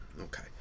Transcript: okay